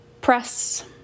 press